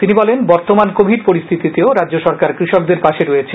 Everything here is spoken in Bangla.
তিনি বলেন বর্তমান কোভিড পরিস্থিতিতেও রাজ্য সরকার কৃষকদের পাশে রয়েছে